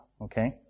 Okay